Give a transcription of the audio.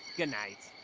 good night.